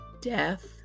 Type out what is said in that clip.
Death